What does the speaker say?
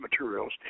materials